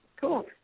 cool